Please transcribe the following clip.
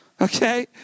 Okay